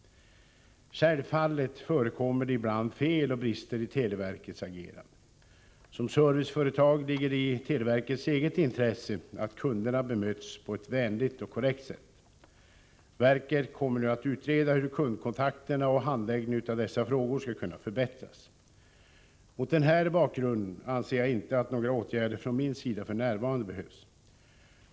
Självfallet förekommer det ibland fel och brister i televerkets agerande. Som serviceföretag ligger det i televerkets eget intresse att kunderna bemöts på ett vänligt och korrekt sätt. Verket kommer nu att utreda hur kundkontakterna och handläggningen av dessa frågor skall kunna förbättras. Mot den här bakgrunden anser jag inte att några åtgärder från min sida f. n. behövs.